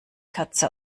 katze